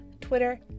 Twitter